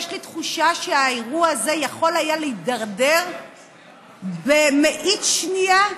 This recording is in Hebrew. יש לי תחושה שהאירוע הזה יכול היה להידרדר במאית שנייה,